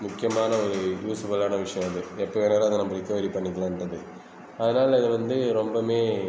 முக்கியமான ஒரு யூஸ்ஃபுல்லானாக விஷயம் இது எப்போ வேணாலும் அதை நம்ப ரெக்கவரி பண்ணிக்கலான்றது அதனால் இது வந்து ரொம்பமே